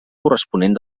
corresponent